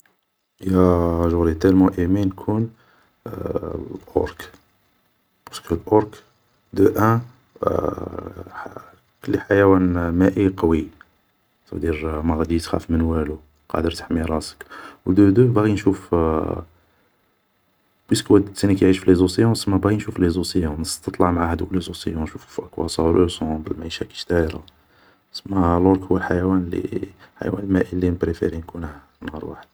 هي جوري تالمون ايمي نكون اورك, بارسكو الاورك دو ان كلي حيوان مائي قوي, صافودير ما غادي تخاف من والو, قادر تحمي راسك, و دو دو باغي نشوف, بويسك هو تانيك يعيش فلي زوسيون, سما باغي نشوف لي زوسيون, نطلع مع هادوك لي زوسيون نشوف اكوا سا روسومبل كيش دايرة, سما الاورك هو الحيوان اللي الاحيوان المائي اللي نبريفي نكونه في نهار واحد